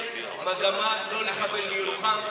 יש מגמה לא לקבל מירוחם,